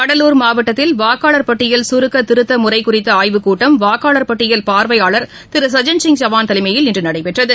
கடலூர் மாவட்டத்தில் வாக்காளர் பட்டியல் சுருக்க திருத்த முறை குறித்த ஆய்வுக்கூட்டம் வாக்காளர் பட்டியல் பார்வையாளர் திரு சஜ்ஜன்சிங் சவான் தலைமையில் இன்று நடைபெற்றது